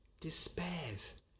Despairs